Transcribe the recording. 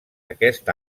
aquest